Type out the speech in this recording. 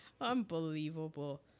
unbelievable